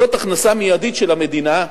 זאת הכנסה מיידית של המדינה,